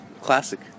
Classic